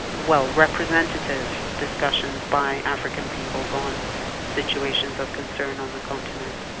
well representative discussions by african peoples on situations of concern on the continent.